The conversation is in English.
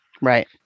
Right